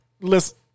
Listen